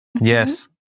Yes